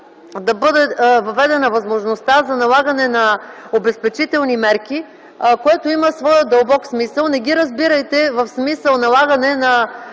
да бъде въведена възможността за налагане на обезпечителни мерки, което има дълбок смисъл. Не ги разбирайте като налагане на